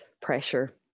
pressure